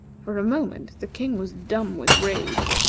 for a moment, the king was dumb with rage.